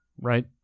right